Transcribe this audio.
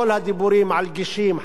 כל הדיבורים על גושים,